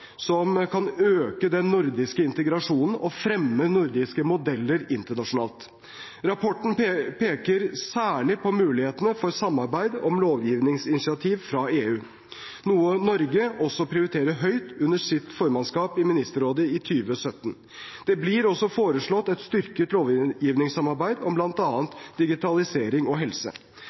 som kan øke den nordiske integrasjonen og fremme nordiske modeller internasjonalt. Rapporten peker særlig på mulighetene for samarbeid om lovgivningsinitiativ fra EU, noe Norge også prioriterte høyt under sitt formannskap i Ministerrådet i 2017. Det blir også foreslått et styrket lovgivningssamarbeid om bl.a. digitalisering og helse.